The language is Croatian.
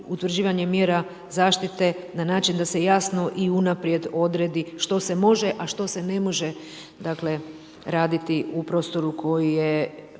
utvrđivanje mjera zaštite na način da se jasno i unaprijed odredi što se može, a što se ne može raditi u prostoru koje je